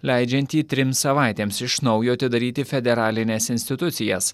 leidžiantį trims savaitėms iš naujo atidaryti federalines institucijas